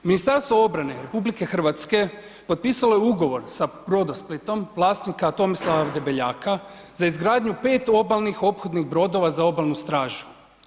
Ministarstvo obrane RH potpisalo je ugovor sa Brodosplitom vlasnika Tomislava Debeljaka za izgradnju 5 obalnih ophodnih brodova za obalnu stražu.